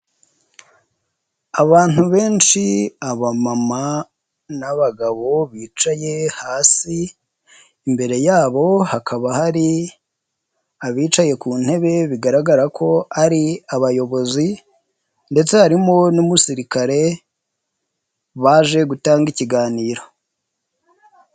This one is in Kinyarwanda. Abantu benshi aba mama n'abagabo bicaye hasi. Imbere yabo hakaba hari abicaye ku ntebe, bigaragara ko ari abayobozi ndetse harimo n'umusirikare, baje gutanga ikiganiro.